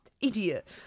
idiot